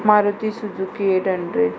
Maruti Suzuki eight hundred